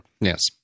Yes